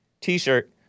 t-shirt